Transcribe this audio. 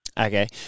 Okay